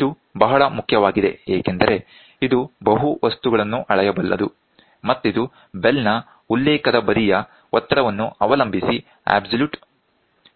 ಇದು ಬಹಳ ಮುಖ್ಯವಾಗಿದೆ ಏಕೆಂದರೆ ಇದು ಬಹು ವಸ್ತುಗಳನ್ನು ಅಳೆಯಬಲ್ಲದು ಮತ್ತಿದು ಬೆಲ್ ನ ಉಲ್ಲೇಖದ ಬದಿಯ ಒತ್ತಡವನ್ನು ಅವಲಂಬಿಸಿ ಅಬ್ಸಲ್ಯೂಟ್